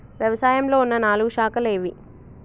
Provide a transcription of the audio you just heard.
వ్యవసాయంలో ఉన్న నాలుగు శాఖలు ఏవి?